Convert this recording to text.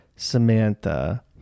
Samantha